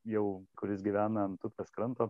jau kuris gyvena ant upės kranto